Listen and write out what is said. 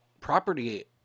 property